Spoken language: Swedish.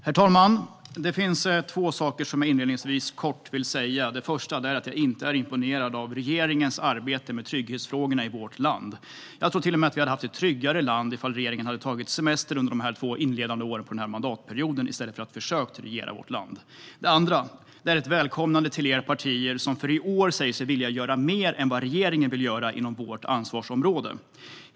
Herr talman! Det finns två saker som jag inledningsvis kort vill säga. Det första är att jag inte är imponerad av regeringens arbete med trygghetsfrågorna i vårt land. Jag tror till och med att vi hade haft ett tryggare land ifall regeringen hade tagit semester under de två inledande åren på den här mandatperioden i stället för att försöka regera vårt land. Det andra är ett välkomnande till er partier som för i år säger er vilja göra mer än vad regeringen vill göra inom vårt ansvarsområde.